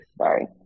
sorry